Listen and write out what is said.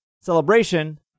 celebration